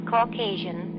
Caucasian